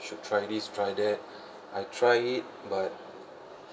should try this try that I try it but